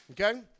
Okay